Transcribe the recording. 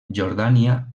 jordània